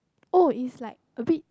oh is like a bit